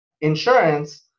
insurance